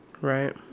Right